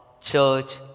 church